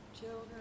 children